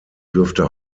dürfte